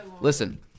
listen